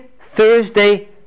Thursday